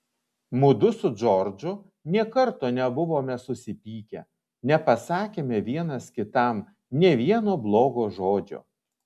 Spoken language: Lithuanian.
mudu su džordžu nė karto nebuvome susipykę nepasakėme vienas kitam nė vieno blogo žodžio